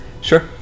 Sure